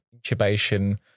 intubation